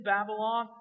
Babylon